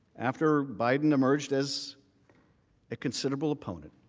after biden emerged as a considerable opponent,